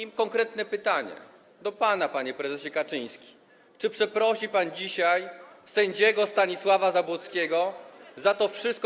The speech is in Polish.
I konkretne pytanie do pana, panie prezesie Kaczyński: Czy przeprosi pan dzisiaj sędziego Stanisława Zabłockiego za to wszystko.